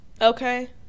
okay